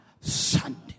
Sunday